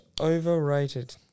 overrated